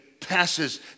passes